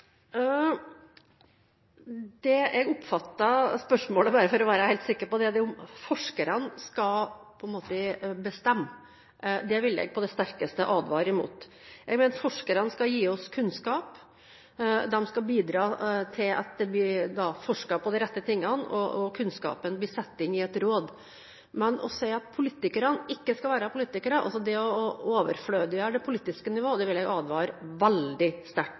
Det jeg oppfatter at spørsmålet gjelder – bare for å være helt sikker på det – er om forskerne skal bestemme. Det vil jeg på det sterkeste advare imot. Jeg mener at forskerne skal gi oss kunnskap, de skal bidra til at det blir forsket på de rette tingene, og kunnskapen blir satt inn i et råd. Men å si at politikerne ikke skal være politikere – det å overflødiggjøre det politiske nivå – vil jeg advare veldig sterkt